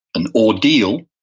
an ordeal,